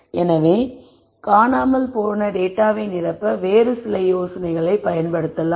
எனவே காணாமல் போன டேட்டாவை நிரப்ப வேறு சில யோசனைகளைப் பயன்படுத்தலாம்